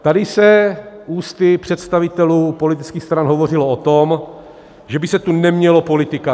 Tady se ústy představitelů politických stran hovořilo o tom, že by se tu nemělo politikařit.